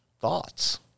thoughts